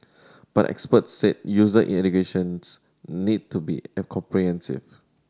but experts said user educations need to be in comprehensive